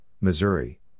Missouri